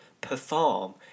perform